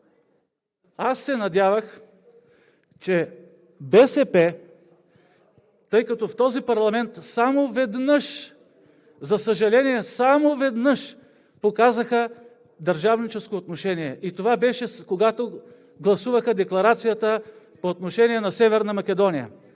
Аз се надявах, че БСП, тъй като в този парламент само веднъж, за съжаление, само веднъж показаха държавническо отношение и това беше, когато гласуваха декларацията по отношение на Северна Македония.